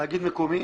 תאגיד מקומי,